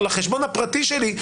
לחשבון הפרטי שלי,